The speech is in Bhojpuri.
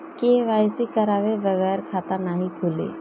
के.वाइ.सी करवाये बगैर खाता नाही खुली?